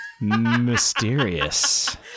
mysterious